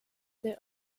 there